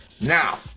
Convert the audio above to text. Now